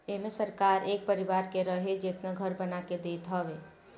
एमे सरकार एक परिवार के रहे जेतना घर बना के देत हवे